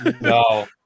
No